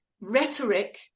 rhetoric